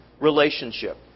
relationship